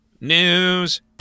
News